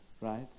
right